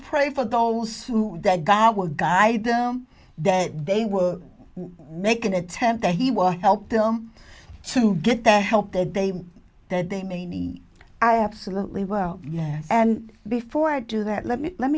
pray for those who that god will guide them that they will make an attempt that he will help them to get the help that they that they may need i absolutely well yeah and before i do that let me let